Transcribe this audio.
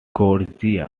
georgia